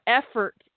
effort